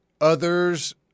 others